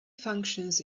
functions